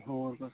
ਹੋਰ